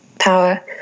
Power